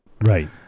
Right